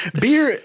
Beer